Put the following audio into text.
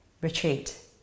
retreat